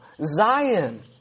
Zion